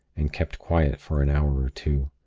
and kept quiet for an hour or two,